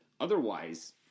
Otherwise